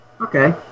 Okay